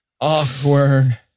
Awkward